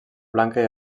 blanca